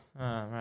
right